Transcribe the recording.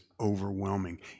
overwhelming